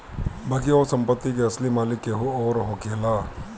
बाकी ओ संपत्ति के असली मालिक केहू अउर होखेला